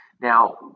Now